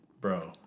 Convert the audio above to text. bro